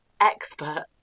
expert